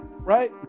right